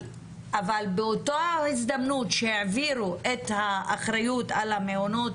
באותה הזדמנות שהעבירו את האחריות על מעונות